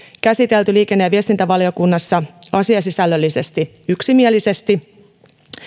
käsitelty liikenne ja viestintävaliokunnassa asiasisällöllisesti yksimielisesti